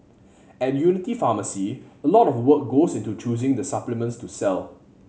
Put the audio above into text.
at Unity Pharmacy a lot of work goes into choosing the supplements to sell